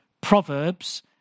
Proverbs